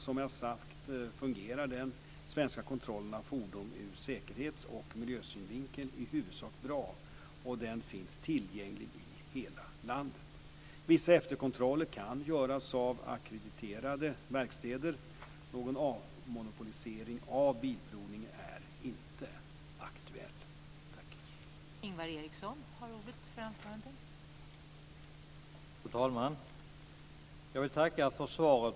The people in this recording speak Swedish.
Som jag sagt fungerar den svenska kontrollen av fordon ur säkerhetsoch miljösynvinkel i huvudsak bra, och den finns tillgänglig i hela landet. Vissa efterkontroller kan göras av ackrediterade verkstäder. Någon avmonopolisering av Bilprovningen är inte aktuell.